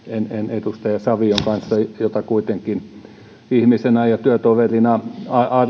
edustaja savion kanssa jota kuitenkin ihmisenä ja työtoverina